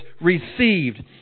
received